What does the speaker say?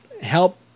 Help